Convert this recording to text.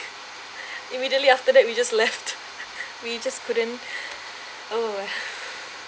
immediately after that we just left we just couldn't oh